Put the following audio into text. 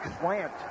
slant